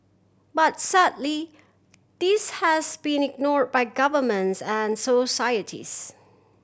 but sadly this has been ignore by governments and societies